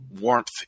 warmth